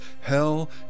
hell